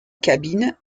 cabine